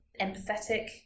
empathetic